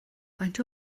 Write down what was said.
faint